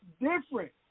different